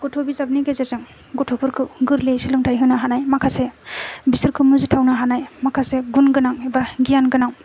गथ' बिजाबनि गेजेरजों गथ'फोरखौ गोरलैयै सोलोंथाइ होनो हानाय माखासे बिसोरखौ मुजिथावनो हानाय माखासे गुनगोनां एबा गियानगोनां